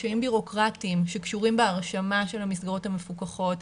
קשיים ביורוקרטיים שקשורים בהרשמה של המסגרות המפוקחות,